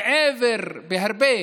הרבה